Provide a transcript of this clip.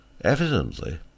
Evidently